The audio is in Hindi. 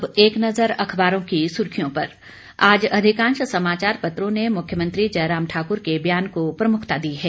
अब एक नजर अखबारों की सुर्खियों पर आज अधिकांश समाचार पत्रों ने मुख्यमंत्री जयराम ठाकुर के बयान को प्रमुखता दी है